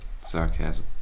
sarcasm